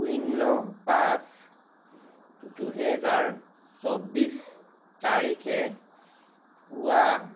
শূন্য পাঁচ দুহেজাৰ চৌবিছ তাৰিখে হোৱা